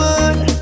one